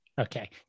Okay